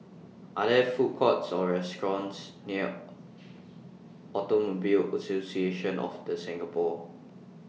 Are There Food Courts Or restaurants near Automobile Association of The Singapore